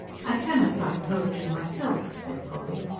i cannot write poetry myself, said polly,